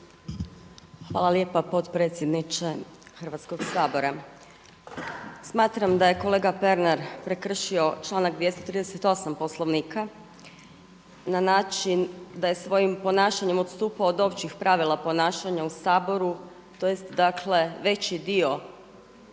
Hvala lijepa potpredsjedniče Hrvatskog sabora. Smatram da je kolega Pernar prekršio članak 238. Poslovnika na način da je svojim ponašanjem odstupa od općih pravila ponašanja u Saboru, tj. dakle veći dio